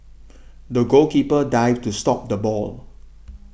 the goalkeeper dived to stop the ball